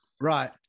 Right